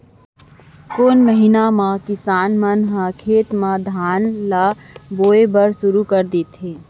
कोन महीना मा किसान मन ह खेत म धान ला बोये बर शुरू कर देथे?